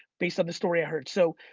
based on the story i heard so,